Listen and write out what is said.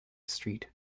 street